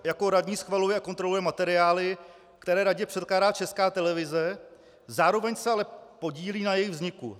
Jako radní schvaluje a kontroluje materiály, které radě předkládá Česká televize, zároveň se ale podílí na jejich vzniku.